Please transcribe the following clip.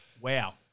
Wow